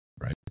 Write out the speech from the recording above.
right